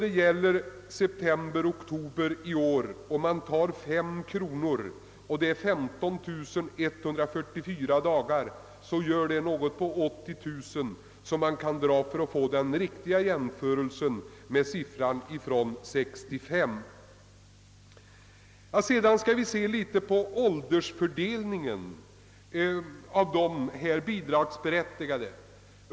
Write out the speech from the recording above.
Om vi för månaderna september och oktober i år höjer beloppet med 15 144 dagar å 5 kronor, så blir det ungefär 80 000 kronor, vilket belopp alltså bör dras ifrån för att få en riktig jämförelse med siffran för 1965. Låt oss sedan se litet på åldersfördelningen hos de bidragsberättigade.